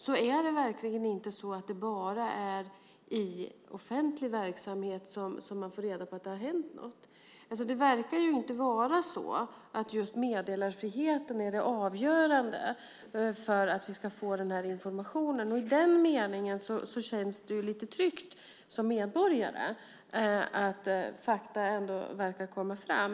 Det är verkligen inte så att det bara är i offentlig verksamhet som det har hänt något. Det verkar inte vara så att just meddelarfriheten är det avgörande för att vi ska få den informationen. I den meningen känns det lite tryggt som medborgare att fakta ändå verkar komma fram.